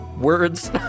words